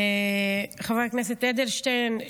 חבר הכנסת אדלשטיין,